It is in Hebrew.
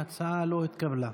ההצעה לא התקבלה.